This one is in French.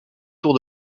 tour